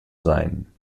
sein